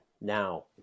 now